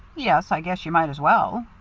yes, i guess you might as well.